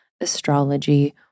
Astrology